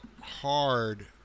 hard